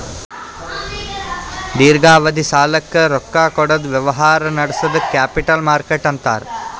ದೀರ್ಘಾವಧಿ ಸಾಲಕ್ಕ್ ರೊಕ್ಕಾ ಕೊಡದ್ ವ್ಯವಹಾರ್ ನಡ್ಸದಕ್ಕ್ ಕ್ಯಾಪಿಟಲ್ ಮಾರ್ಕೆಟ್ ಅಂತಾರ್